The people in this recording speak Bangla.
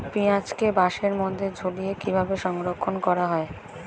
পেঁয়াজকে বাসের মধ্যে ঝুলিয়ে কিভাবে সংরক্ষণ করা হয়?